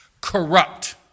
corrupt